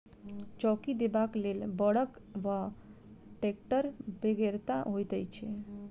चौकी देबाक लेल बड़द वा टेक्टरक बेगरता होइत छै